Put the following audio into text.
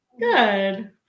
Good